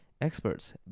experts